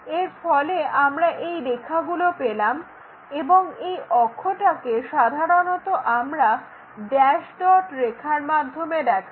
এরফলে আমরা এই রেখাগুলো পেলাম এবং এই অক্ষটাকে সাধারণত আমরা ড্যাস্ ডট রেখার মাধ্যমে দেখাই